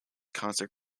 concert